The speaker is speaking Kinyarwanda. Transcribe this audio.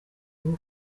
uruhu